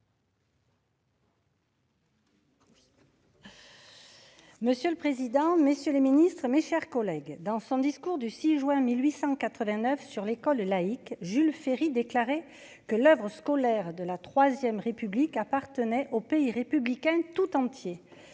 Monsieur le président, messieurs les ministres, mes chers collègues, dans son discours du 6 juin 1889 sur l'école laïque, Jules Ferry, déclaré que l'Havre scolaire de la IIIe République appartenait au pays républicain tout entier